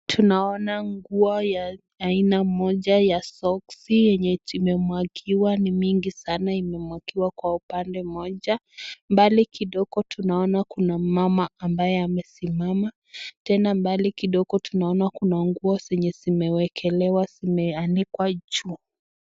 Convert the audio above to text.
Tunaona nguo ya aina moja ya soksi yenye zimemwagiwa ni mingi sana imemwagiwa kwa upande moja . Mbali kidogo tunaona kuna mama ambaye amesimama, tena mbali kidogo tunaona kuna nguo zenye zimeekelewa zimeanikwa juu.